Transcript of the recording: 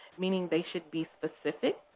meaning they should be specific,